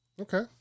Okay